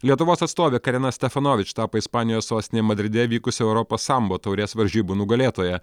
lietuvos atstovė karina stefanovič tapo ispanijos sostinėje madride vykusių europos sambo taurės varžybų nugalėtoja